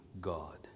God